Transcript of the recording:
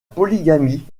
polygamie